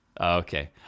Okay